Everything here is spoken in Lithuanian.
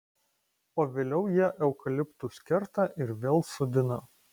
o vėliau jie eukaliptus kerta ir vėl sodina